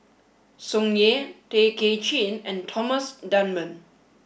Tsung Yeh Tay Kay Chin and Thomas Dunman